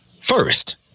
first